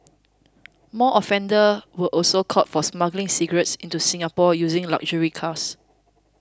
more offenders were also caught for smuggling cigarettes into Singapore using luxury cars